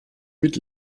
mit